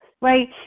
right